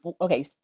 Okay